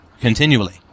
continually